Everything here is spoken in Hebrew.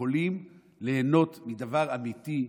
יכולים ליהנות מדבר אמיתי,